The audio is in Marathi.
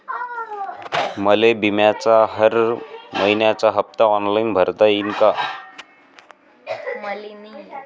मले बिम्याचा हर मइन्याचा हप्ता ऑनलाईन भरता यीन का?